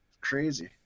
Crazy